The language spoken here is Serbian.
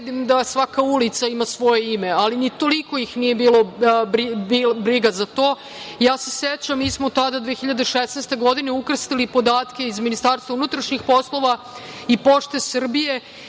da svaka ulica ima svoje ime, ali ni toliko ih nije bilo briga za to. Ja se sećam, mi smo tada 2016. godine ukrstili podatke iz MUP-a i Pošte Srbije